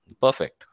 perfect